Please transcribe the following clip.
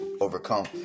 overcome